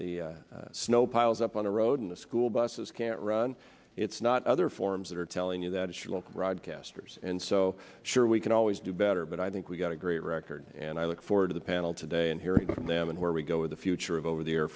the snow piles up on the road and the school buses can't run it's not other forms that are telling you that she will ride castors and so sure we can always do better but i think we've got a great record and i look forward to the panel today and hearing from them and where we go in the future of over the air